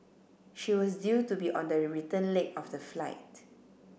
she was due to be on the return leg of the flight